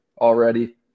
already